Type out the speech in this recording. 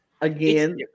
Again